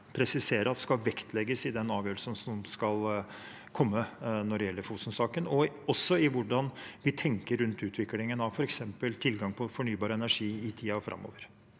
vi å presisere at skal vektlegges i den avgjørelsen som skal komme når det gjelder Fosen-saken, og også i hvordan vi tenker rundt utviklingen av f.eks. tilgang på fornybar energi i tiden framover.